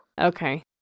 Okay